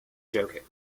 joking